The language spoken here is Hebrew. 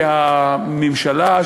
שהממשלה,